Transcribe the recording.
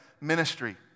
ministry